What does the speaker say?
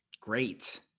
Great